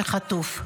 שחטוף: